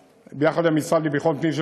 יחד עם המשרד לביטחון פנים,